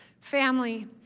family